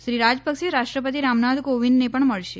શ્રી રાજપકસે રાષ્ટ્રપતિ રામનાથ કોવિંદને પણ મળશે